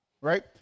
right